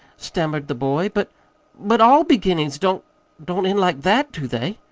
stammered the boy. but but all beginnings don't don't end like that, do they?